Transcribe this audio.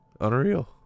Unreal